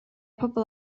pobl